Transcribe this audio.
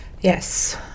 Yes